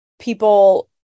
people